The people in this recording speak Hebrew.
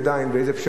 ואיזה פשרות.